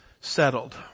settled